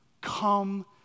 Come